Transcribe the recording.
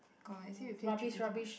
hmm rubbish rubbish